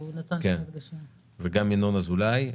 גם ינון אזולאי.